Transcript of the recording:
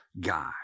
guy